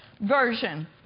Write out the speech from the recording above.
Version